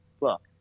look